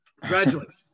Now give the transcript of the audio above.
Congratulations